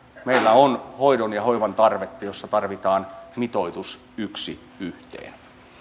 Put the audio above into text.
meillä on hoidon ja hoivan tarvetta jossa tarvitaan yksi yhteen